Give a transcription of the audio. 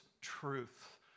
truth